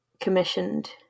commissioned